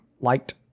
liked